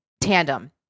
tandem